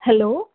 hello